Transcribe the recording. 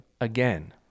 Again